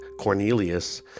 Cornelius